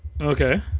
Okay